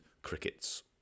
crickets